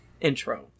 intro